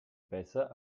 besser